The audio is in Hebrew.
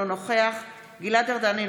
אינו נוכח גלעד ארדן,